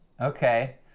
Okay